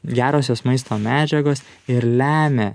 gerosios maisto medžiagos ir lemia